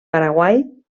paraguai